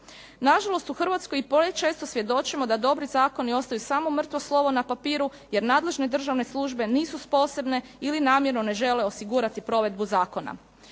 se ne razumije./… često svjedočimo da dobri zakoni ostaju samo mrtvo slovo na papiru, jer nadležne državne službe nisu sposobne ili namjerno ne žele osigurati provedbu zakona.